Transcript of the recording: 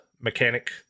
mechanic